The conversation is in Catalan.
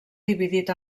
dividit